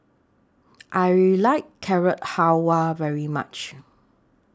I like Carrot Halwa very much